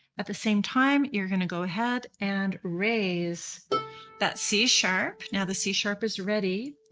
at the same time you're going to go ahead and raise that c sharp. now the c sharp is ready.